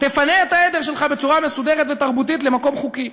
תפנה את העדר שלך בצורה מסודרת ותרבותית למקום חוקי.